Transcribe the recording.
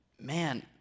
man